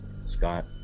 Scott